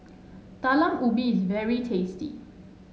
Talam Ubi is very tasty